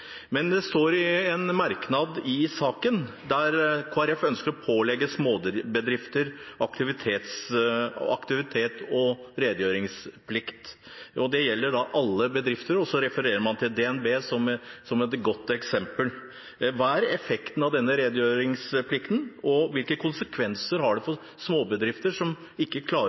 Men det står i en merknad i saken at Kristelig Folkeparti ønsker å pålegge bedrifter aktivitets- og redegjørelsesplikt. Det gjelder alle bedrifter, og så refererer man til DNB som et godt eksempel. Hva er effekten av denne redegjørelsesplikten? Og hvilke konsekvenser har det for bedrifter som ikke klarer